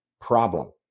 problem